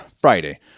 Friday